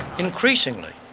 increasingly,